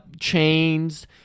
chains